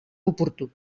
oportú